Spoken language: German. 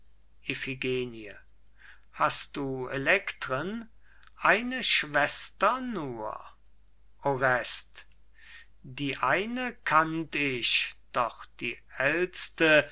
hast du elektren eine schwester nur orest die eine kannt ich doch die ält'ste